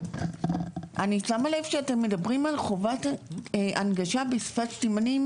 אני שמה לב שאתם מדברים על חובת הנגשה בשפת סימנים